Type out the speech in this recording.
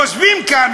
יושבים כאן,